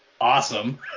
awesome